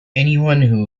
anyone